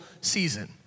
season